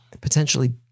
Potentially